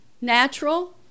natural